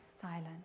silent